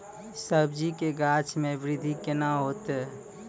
सब्जी के गाछ मे बृद्धि कैना होतै?